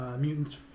mutants